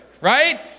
right